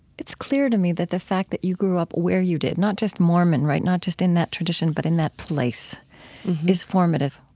it's clear to me that the fact that you grew up where you did, not just mormon, right, not just in that tradition, but in that place is formative